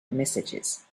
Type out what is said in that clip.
messages